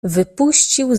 wypuścił